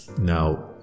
Now